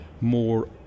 more